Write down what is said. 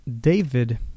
David